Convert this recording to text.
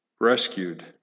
rescued